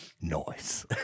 noise